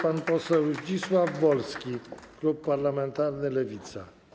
Pan poseł Zdzisław Wolski, klub parlamentarny Lewica.